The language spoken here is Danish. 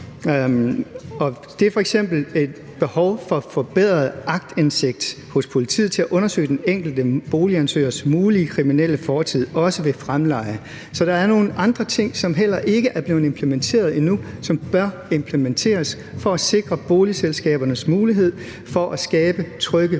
Det er f.eks. et behov for en forbedret aktindsigt hos politiet til at undersøge den enkelte boligansøgers mulige kriminelle fortid – også ved fremleje. Så der er nogle andre ting, der heller ikke er blevet implementeret endnu, og som bør implementeres for at sikre boligselskabernes mulighed for at skabe trygge